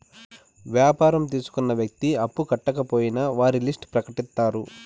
వ్యాపారం తీసుకున్న వ్యక్తి అప్పు కట్టకపోయినా వారి లిస్ట్ ప్రకటిత్తారు